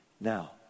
Now